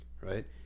right